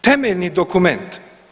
Temeljni dokument.